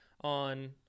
on